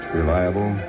reliable